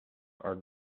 are